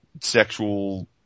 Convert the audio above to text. sexual